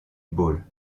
ball